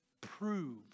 Prove